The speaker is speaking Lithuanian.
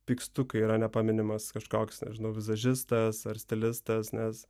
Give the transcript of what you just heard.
pykstu kai yra nepaminimas kažkoks nežinau vizažistas ar stilistas nes